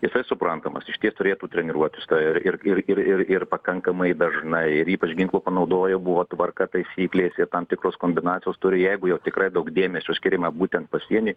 jisai suprantamas išties turėtų treniruotis ir ir ir ir pakankamai dažnai ir ypač ginklų panaudojo buvo tvarka taisyklės tam tikros kombinacijos turi jeigu jau tikrai daug dėmesio skiriame būtent pasieny